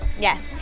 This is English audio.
Yes